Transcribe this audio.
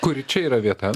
kuri čia yra vieta